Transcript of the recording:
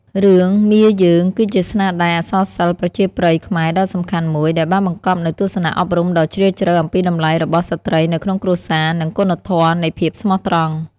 រឿង មាយើង គឺជាស្នាដៃអក្សរសិល្ប៍ប្រជាប្រិយខ្មែរដ៏សំខាន់មួយ ដែលបានបង្កប់នូវទស្សនៈអប់រំដ៏ជ្រាលជ្រៅអំពីតម្លៃរបស់ស្ត្រីនៅក្នុងគ្រួសារ និងគុណធម៌នៃភាពស្មោះត្រង់។